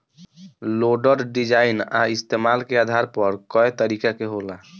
loader design आ इस्तमाल के आधार पर कए तरीका के होला